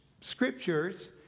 scriptures